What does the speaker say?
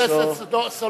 חברת הכנסת סולודקין,